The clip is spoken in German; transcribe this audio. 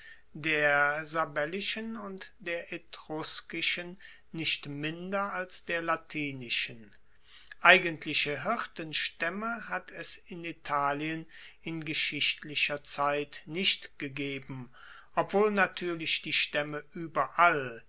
der sabellischen und der etruskischen nicht minder als der latinischen eigentliche hirtenstaemme hat es in italien in geschichtlicher zeit nicht gegeben obwohl natuerlich die staemme ueberall